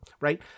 right